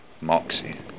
Moxie